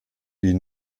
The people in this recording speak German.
die